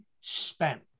spent